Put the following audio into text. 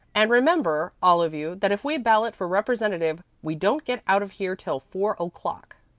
and remember, all of you, that if we ballot for representative we don't get out of here till four o'clock.